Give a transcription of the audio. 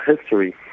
history